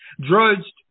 drudged